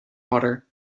water